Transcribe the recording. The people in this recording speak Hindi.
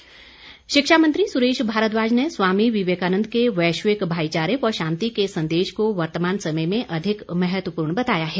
भारद्वाज शिक्षा मंत्री सुरेश भारद्वाज ने स्वामी विवेकानंद के वैश्विक भाईचारे व शांति के संदेश को वर्तमान समय में अधिक महत्वपूर्ण बताया है